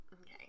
Okay